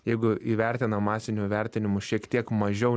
jeigu įvertina masiniu vertinimu šiek tiek mažiau